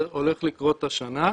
זה הולך לקרות השנה.